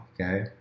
okay